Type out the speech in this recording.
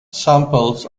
samples